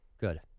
Good